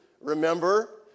remember